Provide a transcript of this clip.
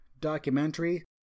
documentary